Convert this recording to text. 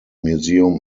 museum